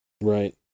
Right